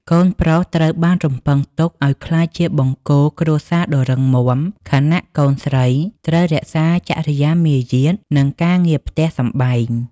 កូនប្រុសត្រូវបានរំពឹងទុកឱ្យក្លាយជាបង្គោលគ្រួសារដ៏រឹងមាំ ខណៈកូនស្រីត្រូវរក្សា "ចរិយាមាយាទ" និងការងារផ្ទះសម្បែង។